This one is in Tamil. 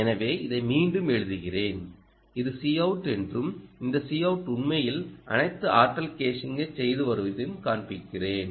எனவே இதை மீண்டும் எழுதுகிறேன் இது Coutஎன்றும் இந்த Cout உண்மையில் அனைத்து ஆற்றல் கேஷிங்கை செய்து வருவதையும் காண்பிக்கிறேன்